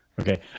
okay